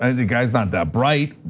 and guys not that bright.